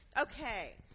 Okay